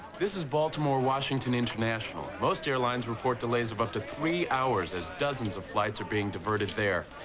this is baltimore washinon intertional. most airlines report delays of up to three hours as dozens of flights are being diverted there.